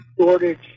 shortage